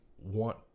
Want